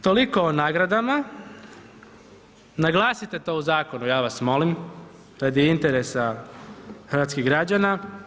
Toliko o nagradama, naglasite to u zakonu ja vas molim radi interesa hrvatskih građana.